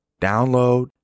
Download